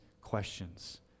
questions